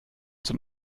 zum